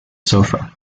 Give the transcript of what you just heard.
sofa